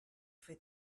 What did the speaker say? fer